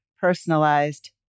personalized